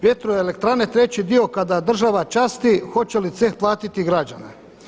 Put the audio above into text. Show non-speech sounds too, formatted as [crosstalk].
Vjetroelektrane treći dio kada država časti hoce li … [unintelligible] platiti građani.